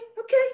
okay